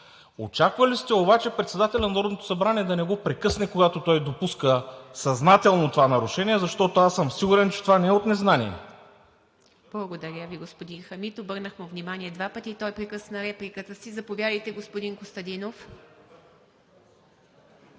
Очаквали ли сте обаче председателят на Народното събрание да не го прекъсне, когато той допуска съзнателно това нарушение, защото аз съм сигурен, че това не е от незнание? ПРЕДСЕДАТЕЛ ИВА МИТЕВА: Благодаря Ви, господин Хамид. Обърнах му внимание два пъти и той прекъсна репликата си. Заповядайте, господин Костадинов.